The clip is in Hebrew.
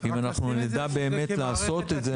אם אנחנו נדע באמת לעשות את זה.